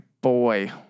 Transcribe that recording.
boy